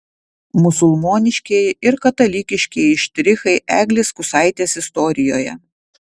musulmoniškieji ir katalikiškieji štrichai eglės kusaitės istorijoje